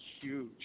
huge